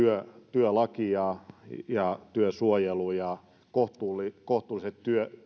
työlaki ja työsuojelu ja kohtuulliset kohtuulliset